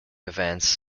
events